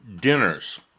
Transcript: dinners